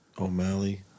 O'Malley